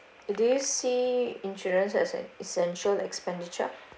do you see insurance as an essential expenditure